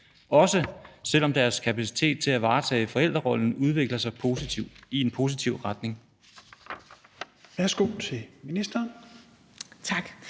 også selv om deres kapacitet til at varetage forældrerollen udvikler sig i en positiv retning?